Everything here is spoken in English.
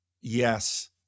yes